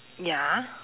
ya